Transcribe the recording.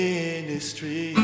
Ministry